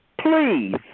Please